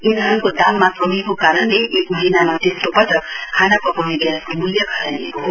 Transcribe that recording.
इन्धनको दाममा कमीको कारणले एक महीनामा तेस्रो पटक खाना पकाउने ग्यासको मूल्य घटाइएको छ